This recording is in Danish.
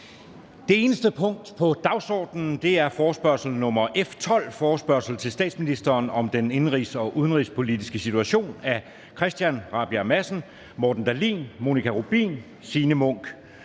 maj 2023 kl. 9.00 Dagsorden 1) Forespørgsel nr. F 12: Forespørgsel til statsministeren om den indenrigs- og udenrigspolitiske situation. Af Christian Rabjerg Madsen (S), Morten Dahlin (V), Monika Rubin (M), Signe Munk